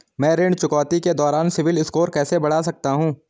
मैं ऋण चुकौती के दौरान सिबिल स्कोर कैसे बढ़ा सकता हूं?